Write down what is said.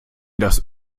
das